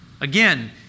Again